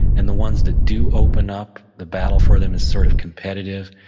and the ones that do open up, the battle for them as sort of competitive,